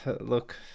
look